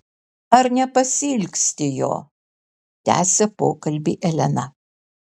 ar nepasiilgsti jo tęsia pokalbį elena